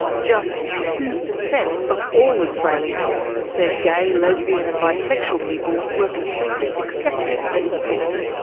just two percent of all australians said gay, lesbian and bisexual people were completely accepted in sport.